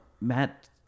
Matt